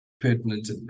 pertinent